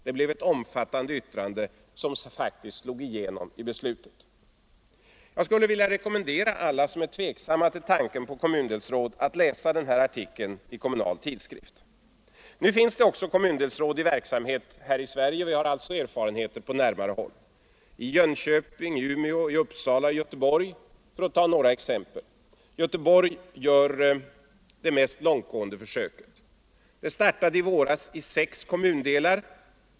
Det blev ett omfattande yttrande som i många delar beaktades.” Jag skulle vilja rekommendera alla som är tveksamma till tanken på kommundelsråd att läsa den här artikeln i Kommunal tidskrift. Det finns kommundelsråd i verksamhet också i Sverige, och vi har alltså erfarenheter på närmare håll — i Jönköping, i Umeå, i Uppsala, i Göteborg för att ta några exempel. Göteborg gör det mest långtgående försöket. Det startade i våras i sex kommundelar.